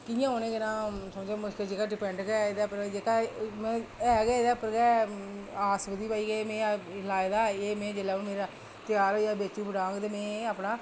कि'यां समझो उनें' जेह्का डिपैंड गै जेह्का मतलब ऐ गै एह्दे पर ऐ आस ऐ की में एह् लाए दा त्यार ऐ बेची बटाह्ङ